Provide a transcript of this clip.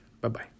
Bye-bye